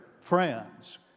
friends